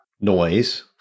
noise